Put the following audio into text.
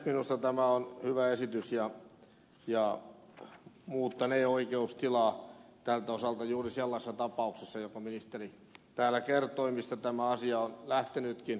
minusta tämä on hyvä esitys ja muuttanee oikeustilaa tältä osalta juuri sellaisessa tapauksessa jonka ministeri täällä kertoi mistä tämä asia on lähtenytkin